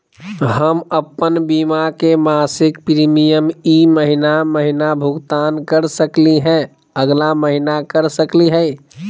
हम अप्पन बीमा के मासिक प्रीमियम ई महीना महिना भुगतान कर सकली हे, अगला महीना कर सकली हई?